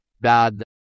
bad